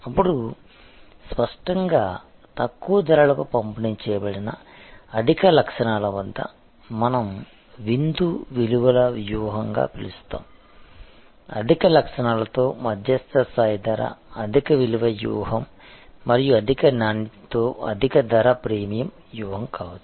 అప్పుడు స్పష్టంగా తక్కువ ధరలకు పంపిణీ చేయబడిన అధిక లక్షణాల వద్ద మనం విందు విలువల వ్యూహం గా పిలుస్తాము అధిక లక్షణాలతో మధ్యస్థ స్థాయి ధర అధిక విలువ వ్యూహం మరియు అధిక నాణ్యత తో అధిక ధర ప్రీమియం వ్యూహం కావచ్చు